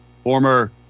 former